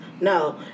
No